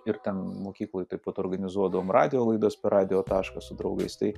ir ten mokykloj taip pat organizuodavom radijo laidas per radijo tašką su draugais tai